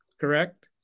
correct